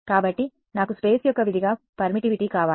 కాబట్టి నాకు స్పేస్ యొక్క విధిగా పర్మిటివిటీ కావాలి